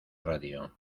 radio